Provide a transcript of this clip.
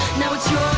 now it's your